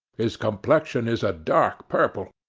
his complexion is a dark purple,